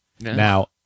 Now